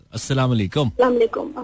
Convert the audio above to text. Assalamualaikum